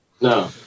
No